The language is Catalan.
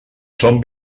són